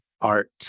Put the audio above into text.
art